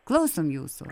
klausom jūsų